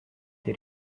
did